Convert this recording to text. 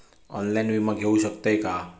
Online विमा घेऊ शकतय का?